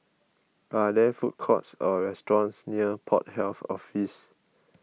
are there food courts or restaurants near Port Health Office